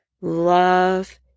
Love